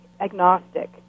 agnostic